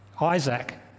Isaac